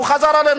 הוא חזר אלינו.